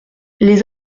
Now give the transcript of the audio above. les